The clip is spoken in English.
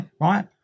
Right